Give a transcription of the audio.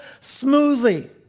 smoothly